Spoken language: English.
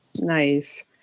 Nice